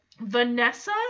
Vanessa